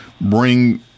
bring